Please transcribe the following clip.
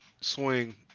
swing